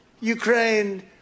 Ukraine